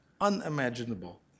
unimaginable